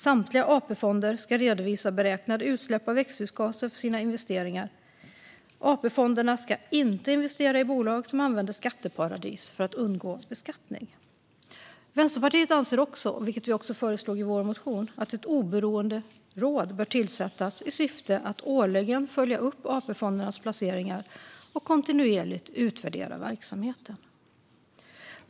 Samtliga AP-fonder ska redovisa beräknade utsläpp av växthusgaser för sina investeringar. AP-fonderna ska inte investera i bolag som använder skatteparadis för att undgå beskattning. Vänsterpartiet anser också - vilket vi även föreslog i vår motion - att ett oberoende råd bör tillsättas i syfte att årligen följa upp AP-fondernas placeringar och kontinuerligt utvärdera verksamheten.